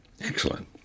Excellent